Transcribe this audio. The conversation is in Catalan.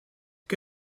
què